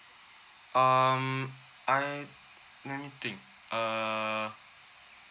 um I let me think err